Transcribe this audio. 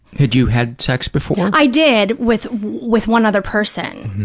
had you had sex before? i did with, with one other person,